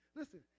Listen